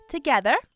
Together